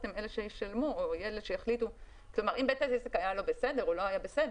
אם בית העסק היה לא בסדר, הוא לא היה בסדר.